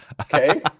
Okay